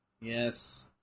Yes